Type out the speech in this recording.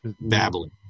babbling